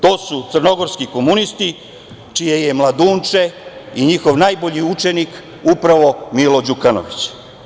To su crnogorski komunisti čiji je mladunče i njihov najbolji učenik upravo Milo Đukanović.